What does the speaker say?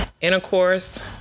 Intercourse